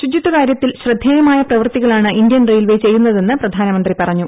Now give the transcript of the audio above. ശുചിത്വകാര്യത്തിൽ ശ്രദ്ധേയമായ പ്രവൃത്തികളാണ് Indian railway ചെയ്യുന്നതെന്ന് പ്രധാനമന്ത്രി പറഞ്ഞു